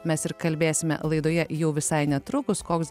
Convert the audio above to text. mes ir kalbėsime laidoje jau visai netrukus koks